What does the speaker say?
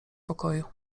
pokoju